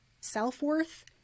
self-worth